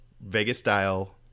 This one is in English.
Vegas-style